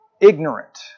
ignorant